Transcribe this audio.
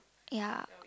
ya